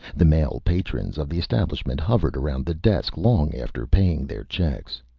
the male patrons of the establishment hovered around the desk long after paying their checks.